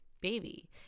baby